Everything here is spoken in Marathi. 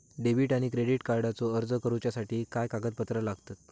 डेबिट आणि क्रेडिट कार्डचो अर्ज करुच्यासाठी काय कागदपत्र लागतत?